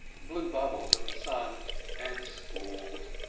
blew bubbles at the sun and squalled.